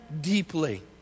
deeply